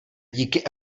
díky